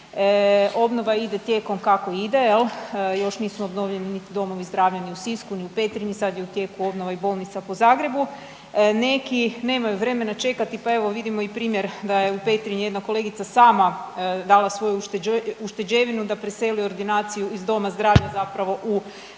Obnova ide tijekom kako ide jel, još nisu obnovljeni niti domovi zdravlja ni u Sisku, ni u Petrinji, sad je u tijeku obnova i bolnica po Zagrebu. Neki nemaju vremena čekati pa evo vidimo i primjer da je jedna kolegica dala svoju ušteđevinu da preseli ordinaciju iz doma zdravlja zapravo u privatnu